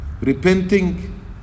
repenting